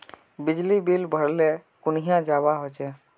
बिजली बिल भरले कुनियाँ जवा होचे?